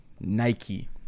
Nike